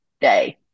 day